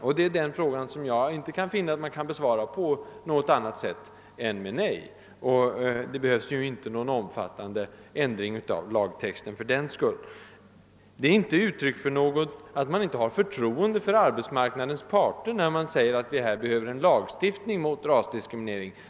Jag kan inte finna att den frågan kan besvaras med annat än med nej. Det behövs inte någon omfattande ändring av lagtexten fördenskull. Det är inte uttryck för bristande förtroende för arbetsmarknadens parter när man säger att vi behöver en lagstiftning om rasdiskriminering.